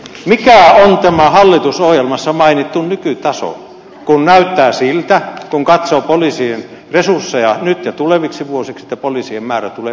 mikä on tämä hallitusohjelmassa mainittu nykytaso kun näyttää siltä kun katsoo poliisien resursseja nyt ja tuleviksi vuosiksi että poliisien määrä tulee vähenemään